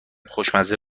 خوشمزه